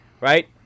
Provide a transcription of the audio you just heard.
right